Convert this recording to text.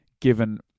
given